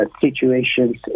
situations